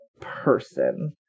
person